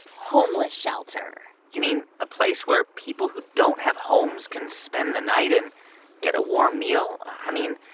homeless shelter you mean, a place where people who don't have homes can spend the night and get a warm meal. i mean,